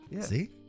See